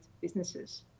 businesses